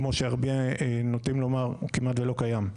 כמו שהרבה נוטים לומר, כמעט ולא קיים.